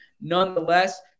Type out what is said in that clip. Nonetheless